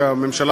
הממשלה